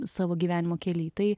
savo gyvenimo kely tai